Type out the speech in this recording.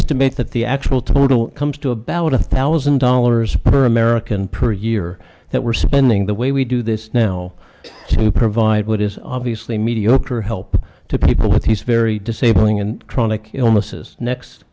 estimate that the actual total comes to about one thousand dollars per american per year that we're spending the way we do this now to provide what is obviously mediocre help to people with these very disabling and chronic illnesses next